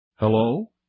Hello